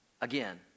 Again